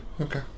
Okay